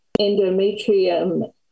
endometrium